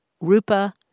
Rupa